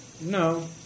no